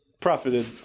profited